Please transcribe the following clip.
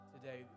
today